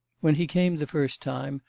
when he came the first time,